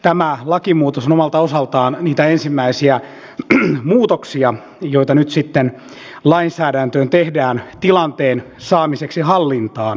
tämä lakimuutos on omalta osaltaan niitä ensimmäisiä muutoksia joita nyt sitten lainsäädäntöön tehdään tilanteen saamiseksi hallintaan